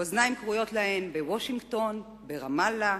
אוזניים כרויות להם בוושינגטון, ברמאללה,